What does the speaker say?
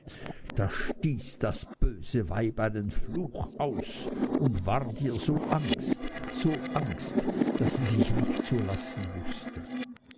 da stieß das böse weib einen fluch aus und ward ihr so angst so angst daß sie sich nicht zu lassen wußte